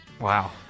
Wow